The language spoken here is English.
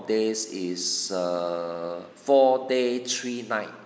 days is err four day three night